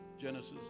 Genesis